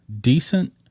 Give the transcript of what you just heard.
decent